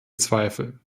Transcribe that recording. zweifel